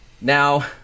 Now